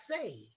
say